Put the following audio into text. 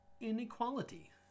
inequality